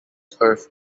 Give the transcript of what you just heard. turf